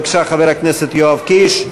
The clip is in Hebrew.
בבקשה, חבר הכנסת יואב קיש.